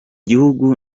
gihugu